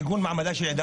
עיגון מעמדה של העדה